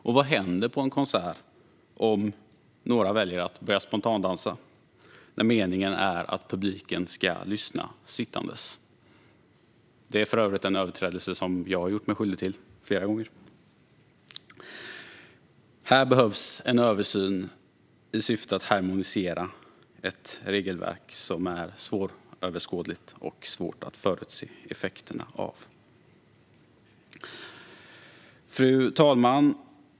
Vad händer till exempel på en konsert om några väljer att spontandansa när det är meningen att publiken ska sitta ned och lyssna? Det är för övrigt en överträdelse som jag flera gånger har gjort mig skyldig till. Här behövs en översyn i syfte att harmonisera ett regelverk som är svåröverskådligt och vars effekter är svåra att förutse. Fru talman!